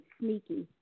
sneaky